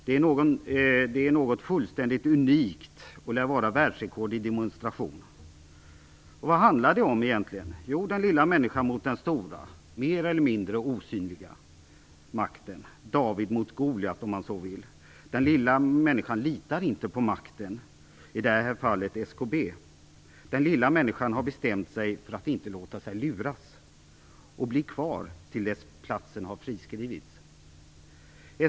Det är något fullständigt unikt och lär vara världsrekord i demonstration. Vad handlar det egentligen om? Det handlar om den lilla människan mot den stora mer eller mindre osynliga makten, David mot Goliat om man så vill. Den lilla människan litar inte på makten, i det här fallet SKB. Den lilla människan har bestämt sig för att inte låta sig luras och blir kvar till dess platsen har friskrivits.